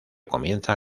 comienza